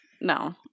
No